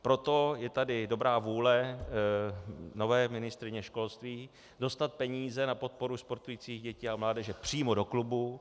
Proto je tady dobrá vůle nové ministryně školství dostat peníze na podporu sportujících dětí a mládeže přímo do klubu.